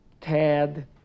tad